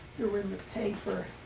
were in the paper.